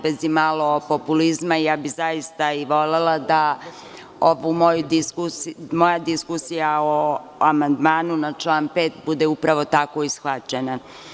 Bez imalo populizma, ja bih zaista volela da ova moja diskusija o amandmanu na član 5. bude upravo tako i shvaćena.